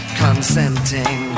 consenting